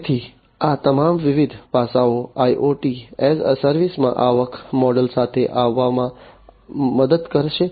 તેથી આ તમામ વિવિધ વિવિધ પાસાઓ IoT એસ એ સર્વિસમાં આવક મોડલસાથે આવવામાં મદદ કરશે